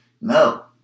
No